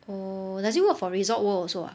oh does it work for Resorts World also ah